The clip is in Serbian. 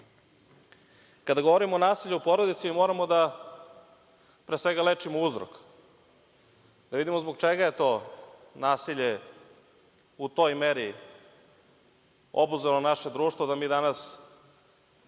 govorimo o nasilju u porodici moramo da pre svega lečimo uzrok. Da vidimo zbog čega je to nasilje u toj meri obuzeo naše društvo da mi danas